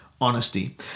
honesty